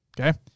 okay